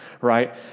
right